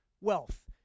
Wealth